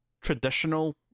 traditional